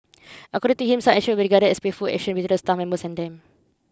according to him such would regarded as playful actions with the staff members and them